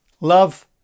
Love